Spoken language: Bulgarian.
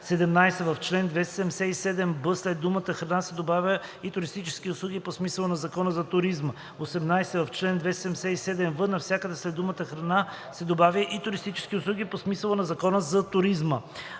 17. В чл. 277б след думата „храна“ се добавя „и туристически услуги по смисъла на Закона за туризма“; 18. В чл. 277в навсякъде след думата „храна“ се добавя „и туристически услуги по смисъла на Закона за туризма“.“